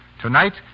Tonight